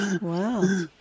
Wow